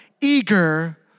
eager